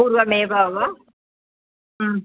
पूर्वमेव वा